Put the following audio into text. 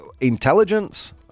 intelligence